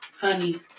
honey